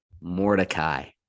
Mordecai